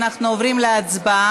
אנחנו עוברים להצבעה,